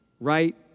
Right